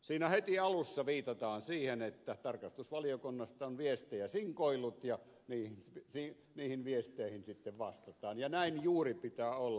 siinä heti alussa viitataan siihen että tarkastusvaliokunnasta on viestejä sinkoillut ja niihin viesteihin sitten vastataan ja näin juuri pitää olla